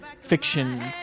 fiction